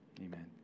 Amen